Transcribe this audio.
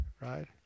right